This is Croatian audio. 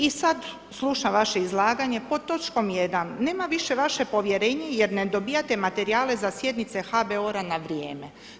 I sada slušam vaše izlaganje, pod točkom 1. nema više vaše povjerenje jer ne dobivate materijale za sjednice HBOR-a na vrijeme.